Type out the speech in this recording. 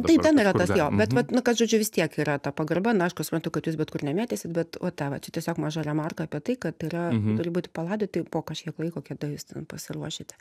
tai ten yra tas jo bet vat nu kad žodžiu vis tiek yra ta pagarba na aišku suprantu kad jūs bet kur nemėtysit bet va tą va čia tiesiog maža remarka apie tai kad yra turi būt palaidoti po kažkiek laiko kada jūs ten pasiruošite